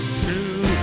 true